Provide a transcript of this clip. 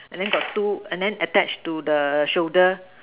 and then got two and then attached to the shoulder